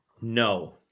No